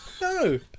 No